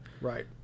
Right